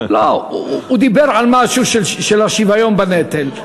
הוא דיבר על משהו, על השוויון בנטל.